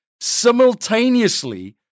simultaneously